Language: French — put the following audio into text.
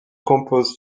compose